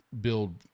build